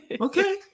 Okay